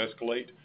escalate